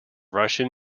russian